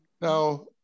Now